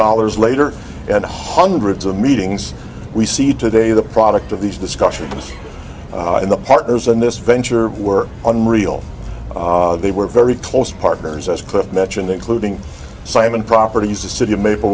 dollars later and hundreds of meetings we see today the product of these discussions in the partners in this venture were unreal they were very close partners as cliff mentioned including simon properties the city of maple